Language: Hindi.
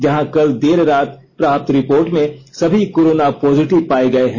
जहां कल देर रात प्राप्त रिपोर्ट में सभी कोरोना पॉजिटिव पाये गए हैं